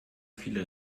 viele